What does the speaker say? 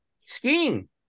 skiing